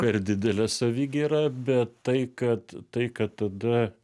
per didelė savigyra bet tai kad tai kad tada